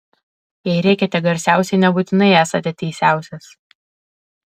jei rėkiate garsiausiai nebūtinai esate teisiausias